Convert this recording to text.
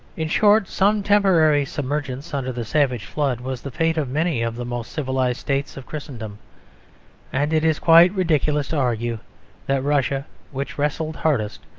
in short, some temporary submergence under the savage flood was the fate of many of the most civilised states of christendom and it is quite ridiculous to argue that russia, which wrestled hardest,